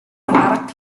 арга